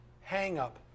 hang-up